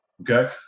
Okay